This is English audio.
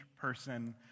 person